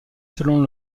selon